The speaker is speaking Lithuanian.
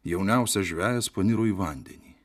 jauniausias žvejas paniro į vandenį